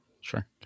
Sure